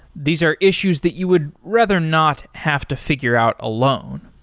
these are issues that you would rather not have to figure out alone.